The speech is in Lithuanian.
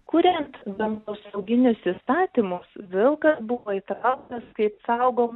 kuriant gamtosauginius įstatymus vilkas buvo įtrauktas kaip saugom